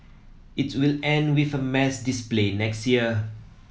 it will end with a mass display next year